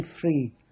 free